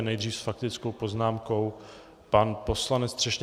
Nejdřív s faktickou poznámkou pan poslanec Třešňák.